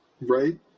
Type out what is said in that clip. right